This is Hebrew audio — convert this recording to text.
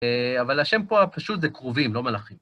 אבל השם פה הפשוט זה כרובים, לא מלאכים.